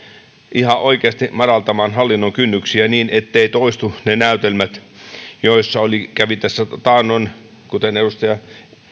ihan oikeasti madaltamaan hallinnon kynnyksiä niin etteivät toistu ne näytelmät joita oli tässä taannoin kuten edustaja